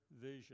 vision